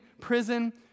prison